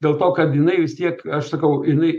dėl to kad jinai vis tiek aš sakau jinai